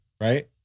Right